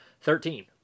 Thirteen